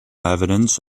evidence